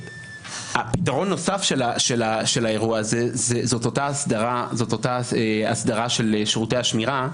פתרון נוסף של האירוע הזה זאת אותה הסדרה של שירותי השמירה,